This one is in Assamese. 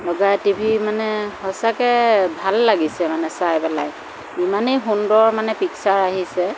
লগাই টিভি মানে সঁচাকৈ ভাল লাগিছে মানে চাই পেলাই ইমানে সুন্দৰ মানে পিক্সাৰ আহিছে